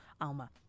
alma